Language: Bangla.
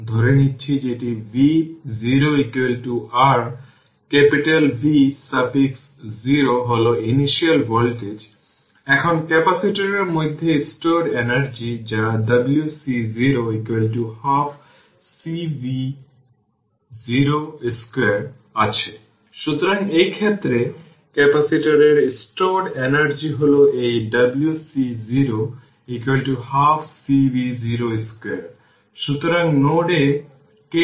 এখন আমি একটি টেবিল তৈরি করেছি টেবিল 1 সেখানে vtv0 এর ভ্যালু দেখায় r টেবিল 1 থেকে দেখা যাচ্ছে যে ভোল্টেজ vt 5 τ এর পরে v0 এর 1 শতাংশের কম